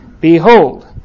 Behold